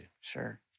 sure